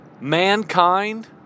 mankind